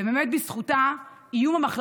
ובאמת בזכותה האיום,